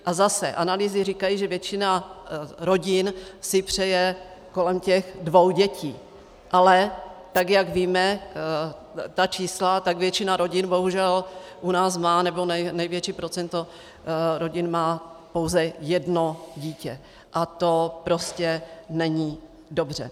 A zase analýzy říkají, že většina rodin si přeje kolem těch dvou dětí, ale jak znám ta čísla, tak většina rodin u nás má, nebo největší procento rodin má pouze jedno dítě a to prostě není dobře.